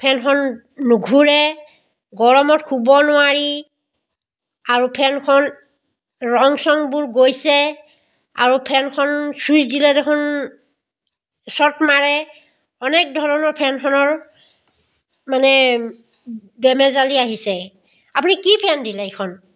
ফেনখন নুঘূৰে গৰমত শুব নোৱাৰি আৰু ফেনখন ৰং চংবোৰ গৈছে আৰু ফেনখন ছুইচ দিলে দেখোন শ্ৱট মাৰে অনেক ধৰণৰ ফেনখনৰ মানে বেমেজালি আহিছে আপুনি কি ফেন দিলে এইখন